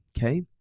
Okay